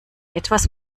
etwas